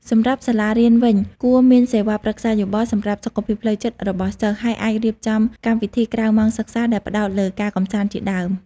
សម្រាប់សាលារៀនវិញគួរមានសេវាប្រឹក្សាយោបល់ សម្រាប់សុខភាពផ្លូវចិត្តរបស់សិស្ស ហើយអាចរៀបចំកម្មវិធីក្រៅម៉ោងសិក្សាដែលផ្ដោតលើការកម្សាន្តជាដើម។